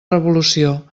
revolució